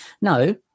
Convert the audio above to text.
No